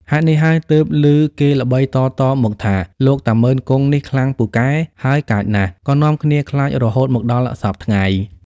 ហេតុនេះហើយទើបឮគេល្បីតៗមកថា លោកតាមុឺន-គង់ នេះខ្លាំងពូកែ ហើយកាចណាស់ ក៏នាំគ្នាខ្លាចរហូតមកដល់សព្វថ្ងៃ។